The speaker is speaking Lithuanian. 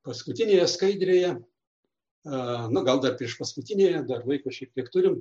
paskutinėje skaidrėje a na gal priešpaskutinėje dar laiko šitiek turim